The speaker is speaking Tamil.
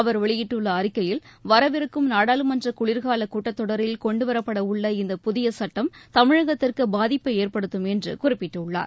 அவர் வெளியிட்டுள்ள அறிக்கையில் வரவிருக்கும் நாடாளுமன்றக் குளிர்கால கூட்டத் தொடரில் கொண்டுவரப்படவுள்ள இந்தப் புதிய சுட்டம் தமிழகத்திற்கு பாதிப்பை ஏற்படுத்தும் என்று குறிப்பிட்டுள்ளார்